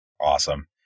Awesome